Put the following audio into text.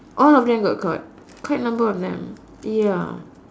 all of them got caught quite number of them ya